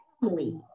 family